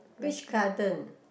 Peach Garden